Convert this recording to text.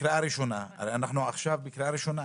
הרי אנחנו עכשיו בקריאה הראשונה.